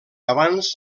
abans